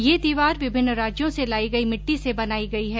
ये दीवार विभिन्न राज्यों से लाई गई मिट्टी से बनाई गई है